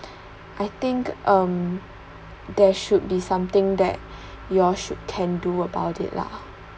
I think um there should be something that you all should can do about it lah